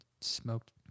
smoked